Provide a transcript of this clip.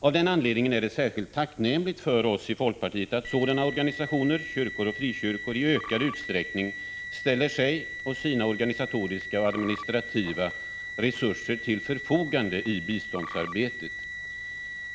Av den anledningen är det särskilt tacknämligt för oss i folkpartiet att sådana organisationer, kyrkor och frikyrkor i ökande utsträckning ställer sig och sina organisatoriska och administrativa resurser till förfogande i biståndsarbetet.